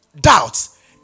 doubts